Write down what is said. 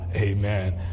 Amen